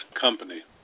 company